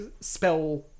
spell